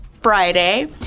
Friday